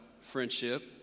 friendship